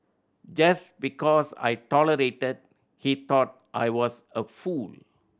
just because I tolerated he thought I was a fool